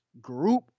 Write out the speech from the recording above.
group